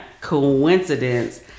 coincidence